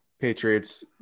Patriots